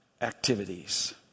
activities